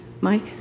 Mike